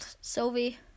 sylvie